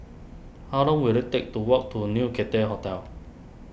how long will it take to walk to New Cathay Hotel